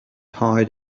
height